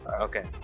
Okay